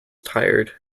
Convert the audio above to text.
tired